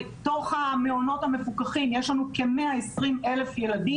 בתוך המעונות המפוקחים יש לנו כ-120,000 ילדים